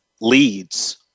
leads